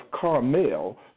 Carmel